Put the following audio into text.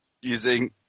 using